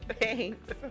Thanks